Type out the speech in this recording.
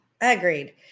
Agreed